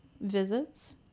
visits